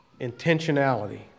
intentionality